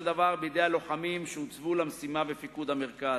דבר בידי הלוחמים שהוצבו למשימה בפיקוד המרכז,